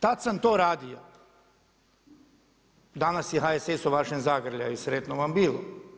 Tad sam to radio, danas je HSS u vašem zagrljaju, sretno vam bilo.